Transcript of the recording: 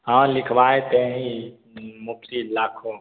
हाँ लिखवाए थे यहीं मुक्ती ब्लॉक होम